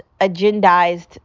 agendized